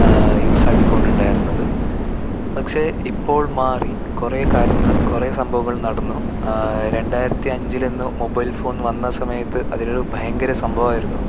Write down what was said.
യൂസ്സാക്കിക്കോണ്ടുണ്ടായിരുന്നത് പക്ഷേ ഇപ്പോൾ മാറി കുറെ കാര്യങ്ങൾ കുറെ സംഭവങ്ങൾ നടന്നു രണ്ടായിരത്തിയഞ്ചിലെന്നു മൊബൈൽ ഫോൺ വന്ന സമയത്ത് അതിനൊരു ഭയങ്കര സംഭവം ആയിരുന്നു